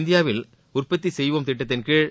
இந்தியாவில் உற்பத்தி சுப்வோம் திட்டத்தின்கீழ்